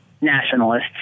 nationalists